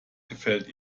gefällt